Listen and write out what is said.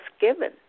given